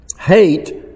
hate